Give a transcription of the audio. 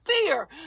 fear